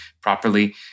properly